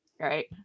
right